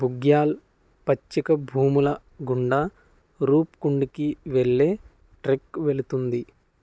బుగ్యాల్ పచ్చిక భూముల గుండా రూప్కుండ్కి వెళ్ళే ట్రెక్ వెళుతుంది